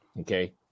okay